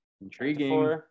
Intriguing